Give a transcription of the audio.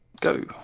Go